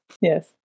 Yes